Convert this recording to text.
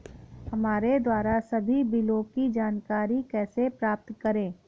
हमारे द्वारा सभी बिलों की जानकारी कैसे प्राप्त करें?